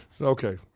Okay